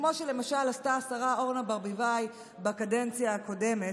כמו שלמשל עשתה השרה אורנה ברביבאי בקדנציה הקודמת,